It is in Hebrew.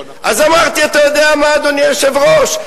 אז אמרתי: אתה יודע מה, אדוני היושב-ראש?